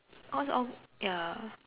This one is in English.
all it's all ya